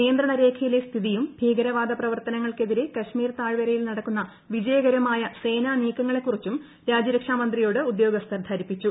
നിയന്ത്രണരേഖയിലെ സ്ഥിതിയും ഭീകരവാദപ്രവർത്തനങ്ങൾക്കെതിരെ കശ്മീർ താഴ്വരയിൽ നടക്കുന്ന വിജയകരമായ സേനാ നീക്കങ്ങളെക്കുറിച്ചും രാജ്യരക്ഷാമന്ത്രിയോട് ഉദ്യോഗസ്ഥർ ധരിപ്പിച്ചു